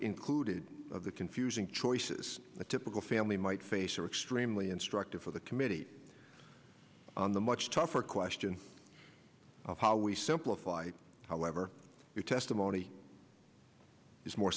included the confusing choices the typical family might face are extremely instructive for the committee on the much tougher question of how we simplify however your testimony is more